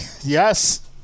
Yes